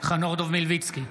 חנוך דב מלביצקי,